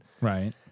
Right